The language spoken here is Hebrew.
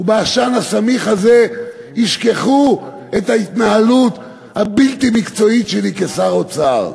ובעשן הסמיך הזה ישכחו את ההתנהלות הבלתי-מקצועית שלי כשר האוצר.